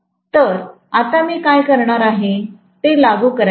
तर आता मी काय करणार आहे ते लागू करायचे आहे